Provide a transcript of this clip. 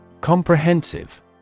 Comprehensive